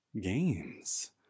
games